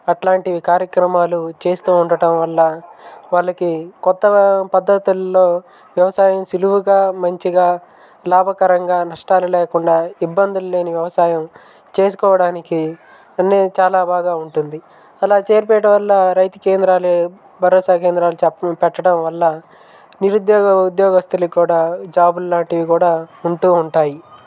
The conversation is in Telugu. అట్లాంటివి కార్యక్రమాలు చేస్తూ ఉండటం వల్ల వాళ్ళకి కొత్త పద్ధతుల్లో వ్యవసాయం సులువుగా మంచిగా లాభకారంగా నష్టాలు లేకుండా ఇబ్బందులు లేని వ్యవసాయం చేసుకోవడానికి అన్ని చాలా బాగా ఉంటుంది అలా చేయిపియడం వల్ల రైతు కేంద్రాలు భరోసా కేంద్రాలు పెట్టడం వల్ల నిరుద్యోగ ఉద్యోగస్తులు కూడా జాబులాంటివి కూడా ఉంటూ ఉంటాయి